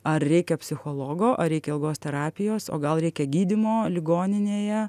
ar reikia psichologo ar reikia ilgos terapijos o gal reikia gydymo ligoninėje